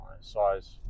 size